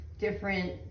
different